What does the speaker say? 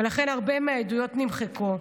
ולכן הרבה מהעדויות נמחקו.